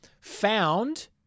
found